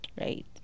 right